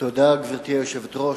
גברתי היושבת-ראש,